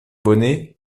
bonnet